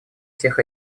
всех